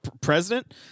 president